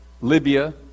Libya